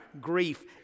grief